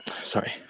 sorry